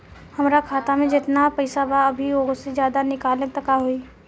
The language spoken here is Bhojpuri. हमरा खाता मे जेतना पईसा बा अभीओसे ज्यादा निकालेम त का होई?